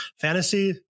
fantasy